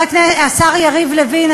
השר יריב לוין,